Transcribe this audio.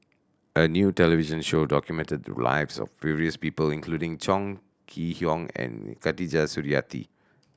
a new television show documented the lives of various people including Chong Kee Hiong and Khatijah Surattee